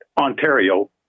Ontario